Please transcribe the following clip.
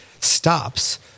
stops